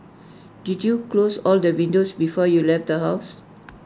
did you close all the windows before you left the house